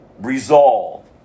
resolve